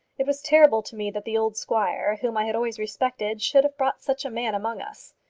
it was terrible to me that the old squire, whom i had always respected, should have brought such a man among us.